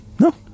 No